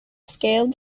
scaled